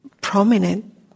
prominent